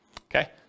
okay